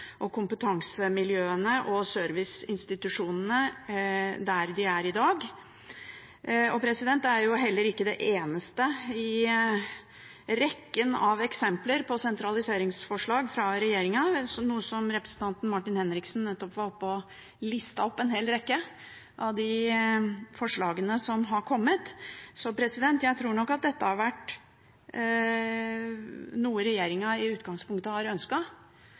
og kompetansemiljøene og serviceinstitusjonene der de er i dag. Det er heller ikke det eneste eksemplet på sentraliseringsforslag fra regjeringen. Representanten Martin Henriksen var nettopp her oppe og listet opp en hel rekke av de forslagene som har kommet, så jeg tror nok at dette har vært noe som regjeringen i utgangspunktet har